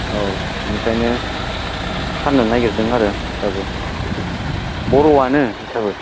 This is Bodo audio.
औ बेनिखायनो फाननो नागिरदों आरो बिसोरबो बर'आनो बिसोरबो